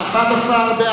חד"ש לסעיף 1 לא נתקבלה.